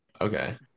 Okay